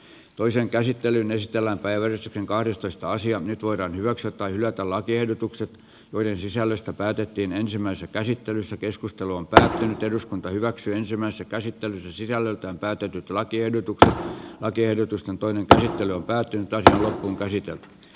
toisen käsittelyn ystävänpäivän kahdestoista sija nyt voidaan hyväksyä tai hylätä lakiehdotukset joiden sisällöstä päätettiin ensimmäisessä käsittelyssä keskustelu on lähtenyt eduskunta hyväksyi ensimmäisen käsittelyn sisällöt on päätynyt lakiehdotukseen lakiehdotusten toinen käsittely on päättynyt aikaa kun käsityöt